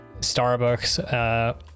Starbucks